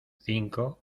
cinco